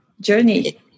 journey